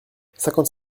cinquante